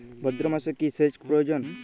ভাদ্রমাসে কি সেচ প্রয়োজন?